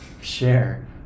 share